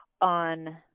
on